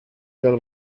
del